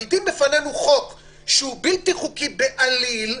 חוק שהוא בלתי חוקי בעליל,